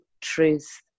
truth